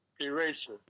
Eraser